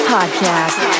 Podcast